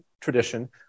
tradition